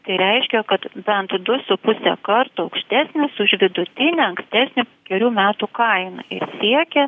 tai reiškia kad bent du su puse karto aukštesnis už vidutinę ankstesnę penkerių metų kainą ir siekia